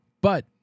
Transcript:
But-